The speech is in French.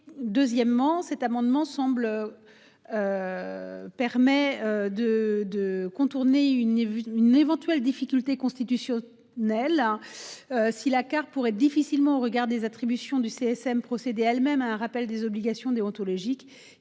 deuxièmement, cet amendement semble. Permet de contourner une une éventuelle difficulté constitution nel. Si la carte pourrait difficilement au regard des attributions du CSM procéder elles-mêmes un rappel des obligations déontologiques.